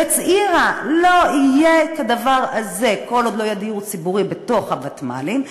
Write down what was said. והצהירה: לא יהיה כדבר הזה כל עוד לא יהיה דיור ציבורי בתוך הוותמ"לים,